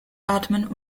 atmen